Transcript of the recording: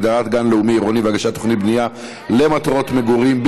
הגדרת גן לאומי עירוני והגשת תוכנית בנייה למטרות מגורים),